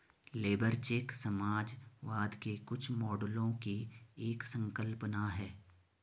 labour check समाजवाद के कुछ मॉडलों की एक संकल्पना है